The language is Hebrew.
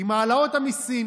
עם העלאות המיסים,